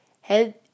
head